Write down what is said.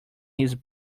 his